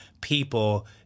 people